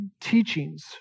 teachings